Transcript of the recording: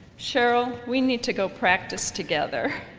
cheryl, we need to go practice together